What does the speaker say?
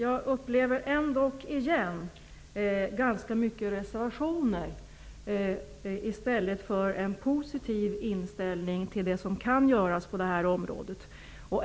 Fru talman! Återigen uppfattar jag ganska många reservationer i stället för en positiv inställning till det som kan göras på det här området.